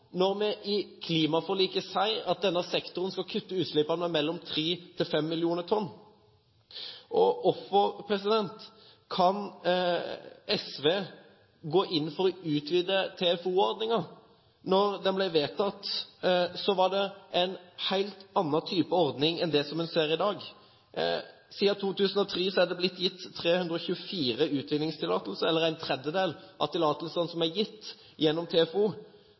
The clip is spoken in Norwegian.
når vi i klimaforliket sier at denne sektoren skal kutte utslippene med mellom 3 millioner og 5 millioner tonn? Hvordan kan SV gå inn for å utvide TFO-ordningen? Da den ble vedtatt, var det en annen type ordning enn det man ser i dag. Siden 2003 er det blitt gitt 324 utvinningstillatelser gjennom TFO-ordningen – en tredjedel av tillatelsene som er gitt, er altså gitt gjennom TFO.